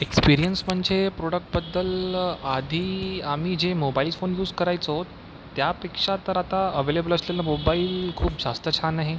experience म्हणजे प्रोडक्टबद्दल आधी आम्ही जे मोबाईल फोन यूज करायचो त्यापेक्षा तर आता अवेलेबल असलेले मोबाईल खूप जास्त छान आहे